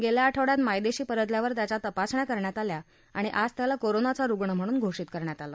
गेल्या आठवड्यात मायदेशी परतल्यावर त्याच्या तपासण्या करण्यात आल्या आणि आज त्याला कोरोनाचा रुग्ण म्हणून घोषित करण्यात आलं